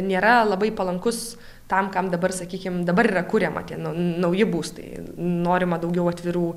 nėra labai palankus tam kam dabar sakykim dabar yra kuriama tie nauji būstai norima daugiau atvirų